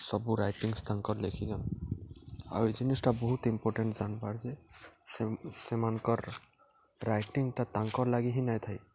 ସବୁ ରାଇଟିଙ୍ଗ୍ସ ତାଙ୍କର୍ ଲେଖିିଛନ୍ ଆଉ ଇ ଜିନିଷ୍ଟା ବହୁତ୍ ଇମ୍ପୋର୍ଟେଣ୍ଟ୍ ଜାନ୍ବାର୍ ଯେ ସେମାନଙ୍କର୍ ରାଇଟିଂଟା ତାଙ୍କର୍ ଲାଗି ହିଁ ନାଇଁଥାଏ